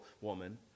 woman